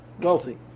wealthy